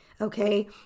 okay